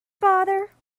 father